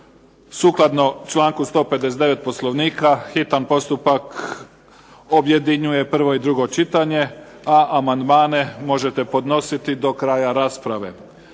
Sukladno članku 159. Poslovnika hitan postupak objedinjuje prvo i drugo čitanje, a amandmane možete podnositi do kraja rasprave.